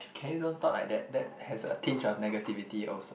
can you don't talk like that that has a tinge of negativity also